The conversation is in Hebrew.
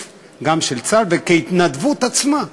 גם של השירות בצה"ל וכהתנדבות לעצמה.